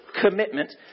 commitment